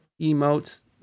emotes